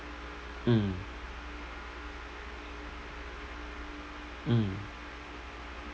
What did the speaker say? mm mm